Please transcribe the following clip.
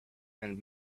and